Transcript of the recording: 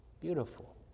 Beautiful